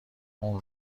اون